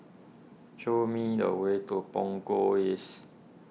show me the way to Punggol East